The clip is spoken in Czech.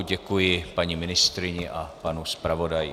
Děkuji paní ministryni a panu zpravodaji.